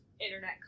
internet